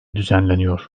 düzenleniyor